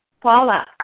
Paula